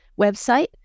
website